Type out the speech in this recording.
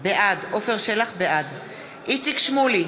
בעד איציק שמולי,